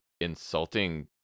insulting